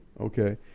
Okay